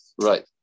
right